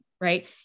right